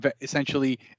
Essentially